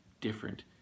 different